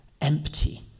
empty